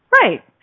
Right